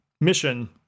mission